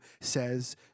says